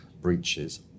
breaches